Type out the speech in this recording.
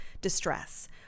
distress